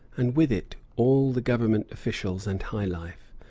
and with it all the government officials and high life.